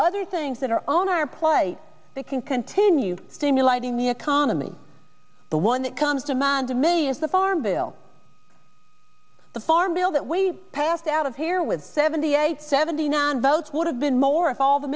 other things that are on our plight that can continue stimulating the economy the one that comes demands of me is the farm bill the farm bill that we passed out of here with seventy eight seventy nine votes would have been more of all the